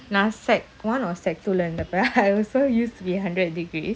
now sec one or sec two இருந்தப்ப:irunthapa I also used to be a hundred degrees